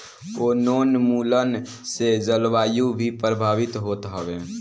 वनोंन्मुलन से जलवायु भी प्रभावित होत हवे